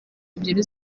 ebyiri